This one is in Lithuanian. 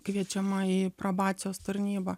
kviečiama į probacijos tarnybą